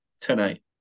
tonight